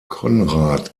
konrad